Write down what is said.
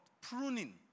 pruning